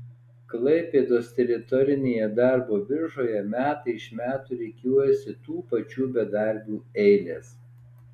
klaipėdos teritorinėje darbo biržoje metai iš metų rikiuojasi tų pačių bedarbių eilės